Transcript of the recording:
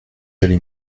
allez